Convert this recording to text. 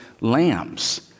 lambs